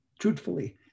truthfully